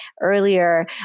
earlier